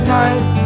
night